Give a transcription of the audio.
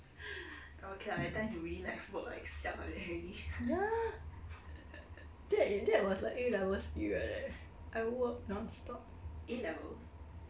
ya that was that was like A-levels period eh I work non-stop